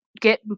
get